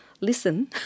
listen